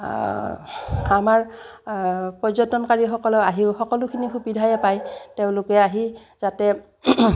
আমাৰ পৰ্যটনকাৰীসকলেও আহি সকলোখিনি সুবিধাইে পায় তেওঁলোকে আহি যাতে